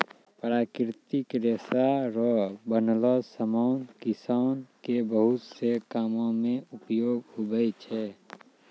प्राकृतिक रेशा रो बनलो समान किसान के बहुत से कामो मे उपयोग हुवै छै